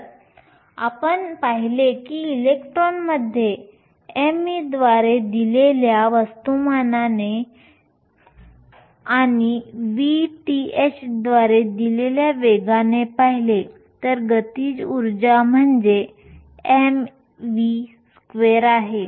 जर आपण पहिले की इलेक्ट्रॉन मध्ये m e द्वारे दिलेल्या वस्तुमानाने आणि v t h द्वारे दिलेल्या वेगाने पाहिले तर गतिज ऊर्जा म्हणजे अर्धा m v स्क्वेर आहे